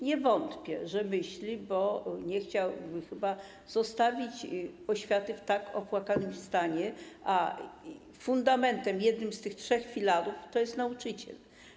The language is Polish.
Nie wątpię, że myśli, bo nie chciałby chyba zostawić oświaty w tak opłakanym stanie, a fundamentem, jednym z tych trzech filarów jest nauczyciel.